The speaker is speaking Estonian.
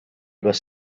kas